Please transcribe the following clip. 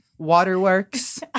Waterworks